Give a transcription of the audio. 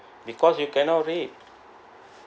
because you cannot read